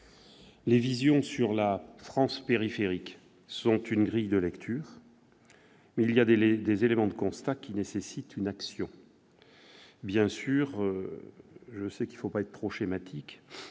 Les visions sur la « France périphérique » sont une grille de lecture. Des éléments de constat nécessitent une action. Bien sûr, je sais qu'il ne faut pas être trop schématique,